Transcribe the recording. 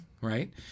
right